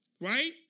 right